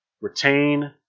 retain